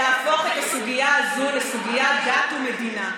להפוך את הסוגיה הזו לסוגיית דת ומדינה,